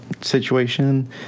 situation